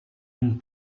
une